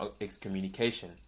excommunication